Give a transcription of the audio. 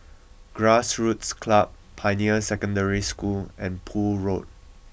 Grassroots Club Pioneer Secondary School and Poole Road